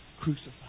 crucified